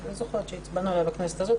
אני לא זוכרת שהצבענו עליה בכנסת הזו.